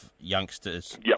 youngsters